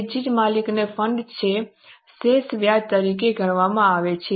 તેથી જ માલિકોના ફંડ ને શેષ વ્યાજ તરીકે ગણવામાં આવે છે